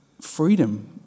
freedom